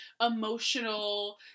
emotional